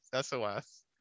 SOS